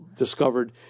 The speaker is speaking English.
discovered